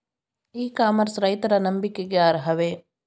E commerce ರೈತರ ನಂಬಿಕೆಗೆ ಅರ್ಹವೇ?